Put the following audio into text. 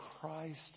Christ